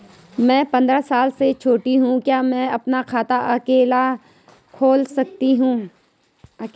मैं पंद्रह साल से छोटी हूँ क्या मैं अपना खाता अकेला खोल सकती हूँ?